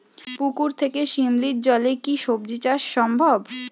পুকুর থেকে শিমলির জলে কি সবজি চাষ সম্ভব?